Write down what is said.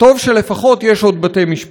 טוב שלפחות יש עוד בתי-משפט.